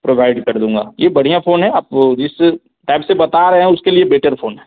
provide कर दूँगा यह बढ़िया फ़ोन है आप जिस टाइप से बता रहे हैं उसके लिए बेटर फ़ोन है